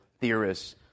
theorists